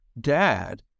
dad